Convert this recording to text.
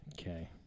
Okay